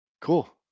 cool